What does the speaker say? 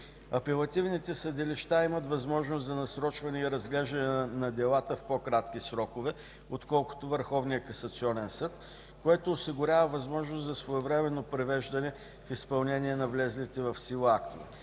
Апелативните съдилища имат възможност за насрочване и разглеждане на делата в по-кратки срокове, отколкото Върховния касационен съд, което осигурява възможност за своевременно привеждане в изпълнение на влезлите в сила актове.